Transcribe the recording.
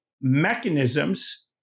mechanisms